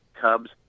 Cubs